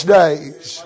days